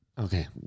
Okay